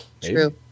True